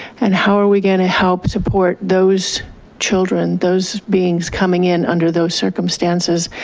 and how are we going to help support those children those beings coming in under those circumstances?